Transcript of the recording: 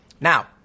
Now